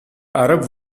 arab